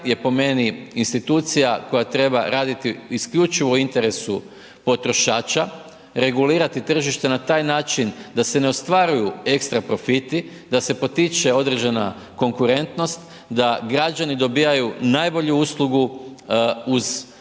je po meni institucija koja treba raditi isključivo u interesu potrošača, regulirati tržište na taj način da se ne ostvaruju ekstra profiti, da se potiče određena konkurentnost, da građani dobivaju najbolju uslugu uz